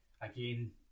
again